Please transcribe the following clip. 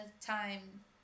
time